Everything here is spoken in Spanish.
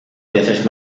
veces